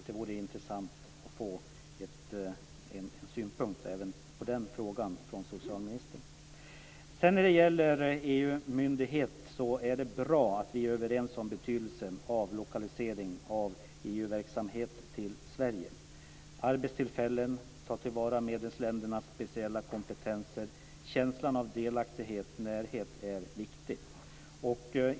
Det vore intressant att höra vad socialministern har för synpunkt även på den frågan. Beträffande EU-myndighet är det bra att vi är överens om betydelsen av lokalisering av EU verksamhet till Sverige. Det skapar arbetstillfällen och tar till vara medlemsländernas speciella kompetenser. Känslan av delaktighet och närhet är viktig.